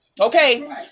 Okay